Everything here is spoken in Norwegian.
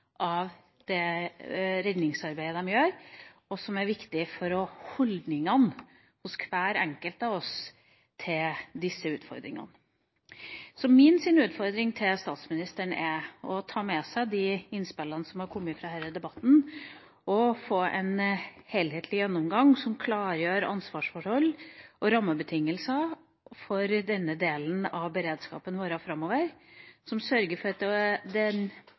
for holdningene hos hver enkelt av oss til disse utfordringene. Så min utfordring til statsministeren er at hun tar med seg de innspillene som er kommet i denne debatten og får en helhetlig gjennomgang som klargjør ansvarsforhold og rammebetingelser for denne delen av beredskapen i årene framover. Det må sørges for